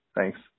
Thanks